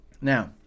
Now